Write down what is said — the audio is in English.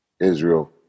Israel